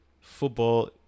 football